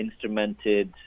instrumented